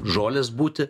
žolės būti